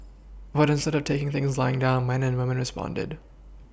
but instead of taking things lying down man and woman responded